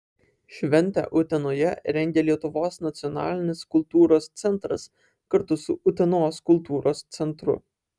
šventę utenoje rengia lietuvos nacionalinis kultūros centras kartu su utenos kultūros centru